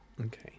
okay